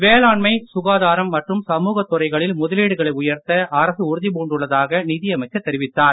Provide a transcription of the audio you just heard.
வேளாண்மை சுகாதாரம் மற்றும் சமூகத் துறைகளில் முதலீடுகளை உயர்த்த அரசு உறுதிபூண்டுள்ளதாக நிதியமைச்சர் தெரிவித்தார்